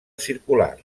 circular